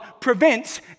prevents